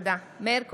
(קוראת בשמות חברי הכנסת) מאיר כהן,